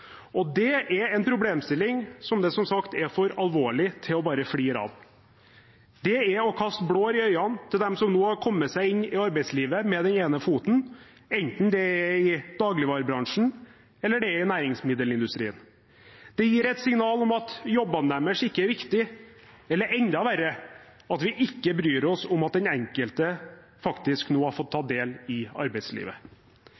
Det er som sagt en problemstilling som er for alvorlig til bare å flire av. Det er å kaste blår i øynene på dem som har kommet seg inn i arbeidslivet med den ene foten, enten det er i dagligvarebransjen, eller det er i næringsmiddelindustrien. Det gir et signal om at jobbene deres ikke er viktige, eller enda verre: at vi ikke bryr oss om at den enkelte faktisk har fått